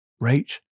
rate